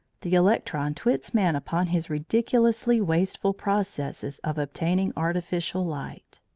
the electron twits man upon his ridiculously wasteful processes of obtaining artificial light.